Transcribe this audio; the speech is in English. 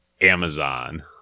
Amazon